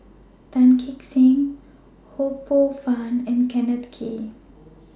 Tan Kee Sek Ho Poh Fun and Kenneth Kee